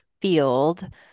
field